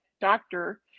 doctor